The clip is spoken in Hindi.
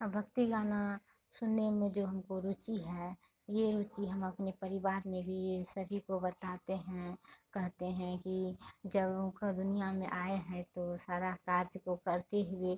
औ भक्ति गाना सुनने में जो हमको रुचि है ये रुचि हम अपने परिवार में भी ये सभी को बताते हैं कहते हैं कि जब दुनिया में आए हैं तो सारा कार्य को करते हुए